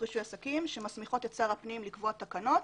רישוי עסקים שמסמיכות את שר הפנים לקבוע תקנות